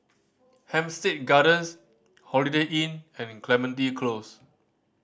Hampstead Gardens Holiday Inn and Clementi Close